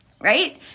right